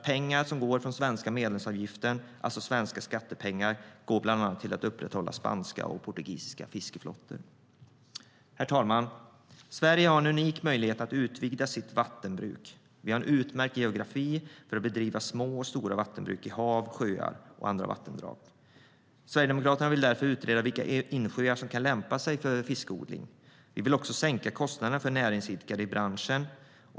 Pengar från den svenska medlemsavgiften, alltså svenska skattepengar, går bland annat till att upprätthålla spanska och portugisiska fiskeflottor. Herr talman! Sverige har en unik möjlighet att utvidga sitt vattenbruk. Vi har en utmärkt geografi för att bedriva små och stora vattenbruk i hav, sjöar och andra vattendrag. Sverigedemokraterna vill därför utreda vilka insjöar som kan lämpa sig för fiskodling. Vi vill också sänka kostnaderna för näringsidkare i branschen.